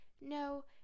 no